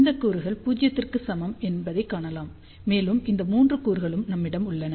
இந்த கூறுகள் 0 க்கு சமம் என்பதைக் காணலாம் மேலும் இந்த மூன்று கூறுகளும் நம்மிடம் உள்ளன